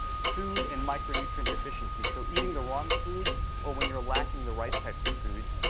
food and micronutrient deficiencies, so eating the wrong foods or when you're lacking the right types of foods,